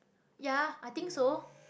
ya I think so